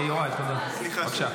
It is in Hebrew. יוראי, תודה.